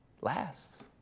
Lasts